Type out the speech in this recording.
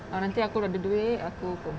ah nanti aku ada duit aku perm